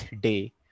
day